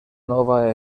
nova